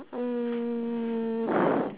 mm